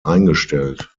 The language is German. eingestellt